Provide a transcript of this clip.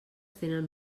tenen